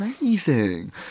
Amazing